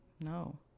No